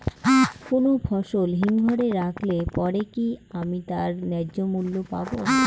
কোনো ফসল হিমঘর এ রাখলে পরে কি আমি তার ন্যায্য মূল্য পাব?